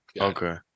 okay